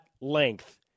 length